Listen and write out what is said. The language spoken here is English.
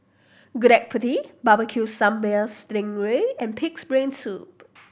Gudeg Putih Barbecue Sambal sting ray and Pig's Brain Soup